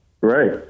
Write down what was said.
Right